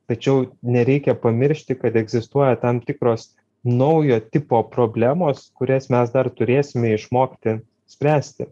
tačiau nereikia pamiršti kad egzistuoja tam tikros naujo tipo problemos kurias mes dar turėsime išmokti spręsti